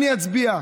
אני אצביע.